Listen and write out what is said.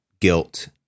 guilt